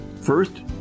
First